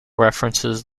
references